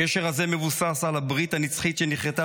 הקשר הזה מבוסס על הברית הנצחית שנכרתה